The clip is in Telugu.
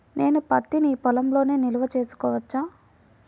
నేను పత్తి నీ పొలంలోనే నిల్వ చేసుకోవచ్చా?